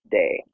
day